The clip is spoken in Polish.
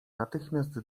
natychmiast